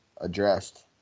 addressed